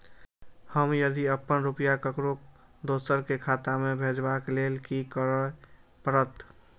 हम यदि अपन रुपया ककरो दोसर के खाता में भेजबाक लेल कि करै परत?